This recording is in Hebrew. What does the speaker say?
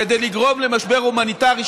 כדי לגרום למשבר הומניטרי,